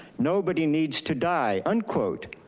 nobody needs to die, unquote.